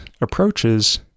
approaches